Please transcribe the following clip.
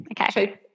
Okay